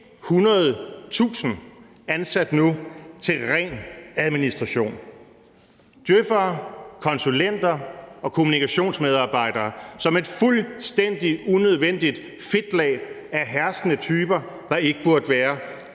100.000 er nu ansat til ren administration. Det er djøf'ere, konsulenter og kommunikationsmedarbejdere, som er et fuldstændig unødvendigt fedtlag af herskende typer, der ikke burde være